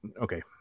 Okay